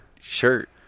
Shirt